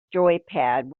joypad